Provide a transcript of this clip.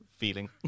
feeling